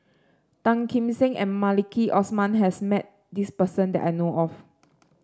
Tan Kim Seng and Maliki Osman has met this person that I know of